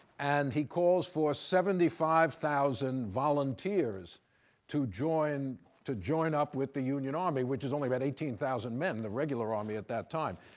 and he calls for seventy five thousand volunteers to join to join up with the union army, which is only about eighteen thousand men, the regular army at that time.